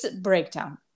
breakdown